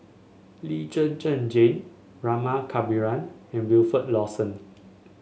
Lee Zhen Zhen Jane Rama Kannabiran and Wilfed Lawson